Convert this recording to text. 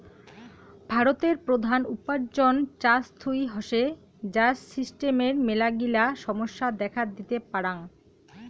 ভারতের প্রধান উপার্জন চাষ থুই হসে, যার সিস্টেমের মেলাগিলা সমস্যা দেখাত দিতে পারাং